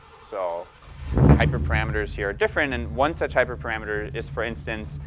so the hyperparameters here are different. and one such hyperparameter is for instance,